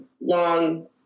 long